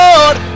Lord